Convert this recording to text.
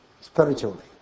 Spiritually